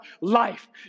life